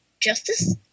justice